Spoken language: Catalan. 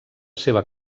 seva